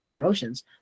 emotions